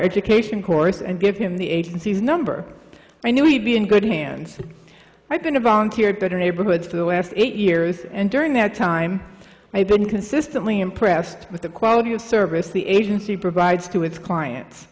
education course and give him the agency's number i knew he'd be in good hands i've been a volunteer better neighborhoods for the last eight years and during that time i've been consistently impressed with the quality of service the agency provides to its clients